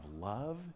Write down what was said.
love